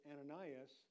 Ananias